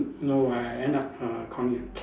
no I end up err calling a cab